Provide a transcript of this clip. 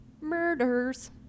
murders